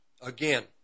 again